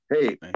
Hey